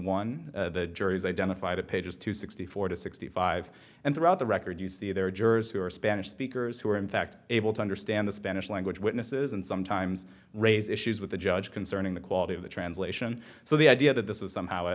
one the juries identify the pages to sixty four to sixty five and throughout the record you see there are jurors who are spanish speakers who are in fact able to understand the spanish language witnesses and sometimes raise issues with the judge concerning the quality of the translation so the idea that this is somehow